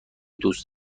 دوست